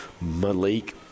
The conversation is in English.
Malik